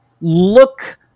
look